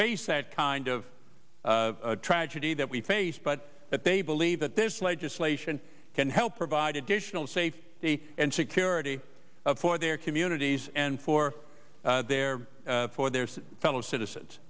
face that kind of tragedy that we face but that they believe that this legislation can help provide additional safety and security for their communities and for their for their fellow citizens